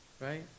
Right